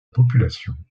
population